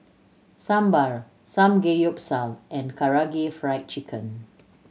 Sambar Samgeyopsal and Karaage Fried Chicken